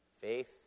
faith